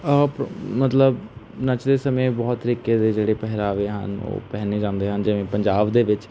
ਆਪ ਮਤਲਬ ਨੱਚਦੇ ਸਮੇਂ ਬਹੁਤ ਤਰੀਕੇ ਦੇ ਜਿਹੜੇ ਪਹਿਰਾਵੇ ਹਨ ਉਹ ਪਹਿਨੇ ਜਾਂਦੇ ਹਨ ਜਿਵੇਂ ਪੰਜਾਬ ਦੇ ਵਿੱਚ